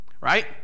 Right